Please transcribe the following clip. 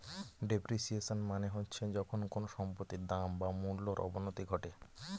depreciation মানে হচ্ছে যখন কোনো সম্পত্তির দাম বা মূল্যর অবনতি ঘটে